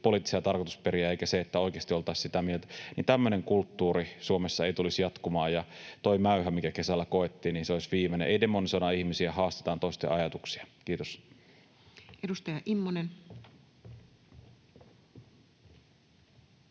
poliittisia tarkoitusperiä eikä se, että oikeasti oltaisiin sitä mieltä — niin tämmöinen kulttuuri Suomessa ei tulisi jatkumaan ja tuo mäyhä, mikä kesällä koettiin, olisi viimeinen. Ei demonisoida ihmisiä, haastetaan toisten ajatuksia. — Kiitos. [Speech